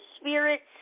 spirits